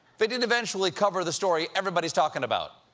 they did eventually cover the story everyone's talking about.